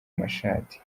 mashati